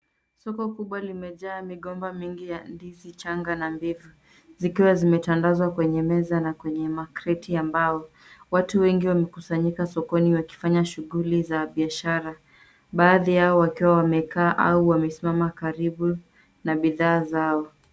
Soko kubwa limejaa migomba mingi ya ndizi changa na mbivu, zikiwa zimetandazwa kwenye meza na kwenye makreti ya mbao. Watu wengi wamekusanyika sokoni wakifanya shughuli za biashara. Baadhi yao wakiwa wamekaa au wamesimama karibu na bidhaa zao.